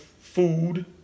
food